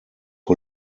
who